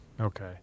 okay